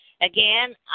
Again